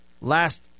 last